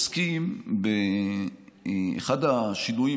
אחד השינויים,